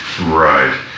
right